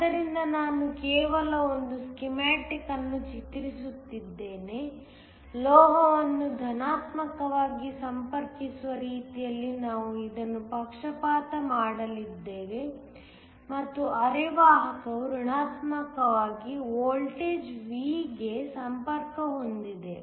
ಆದ್ದರಿಂದ ನಾನು ಕೇವಲ ಒಂದು ಸ್ಕೀಮ್ಯಾಟಿಕ್ ಅನ್ನು ಚಿತ್ರಿಸುತ್ತಿದ್ದೇನೆ ಲೋಹವನ್ನು ಧನಾತ್ಮಕವಾಗಿ ಸಂಪರ್ಕಿಸುವ ರೀತಿಯಲ್ಲಿ ನಾವು ಇದನ್ನು ಪಕ್ಷಪಾತ ಮಾಡಲಿದ್ದೇವೆ ಮತ್ತು ಅರೆವಾಹಕವು ಋಣಾತ್ಮಕ ವೋಲ್ಟೇಜ್ Vಗೆ ಸಂಪರ್ಕ ಹೊಂದಿದೆ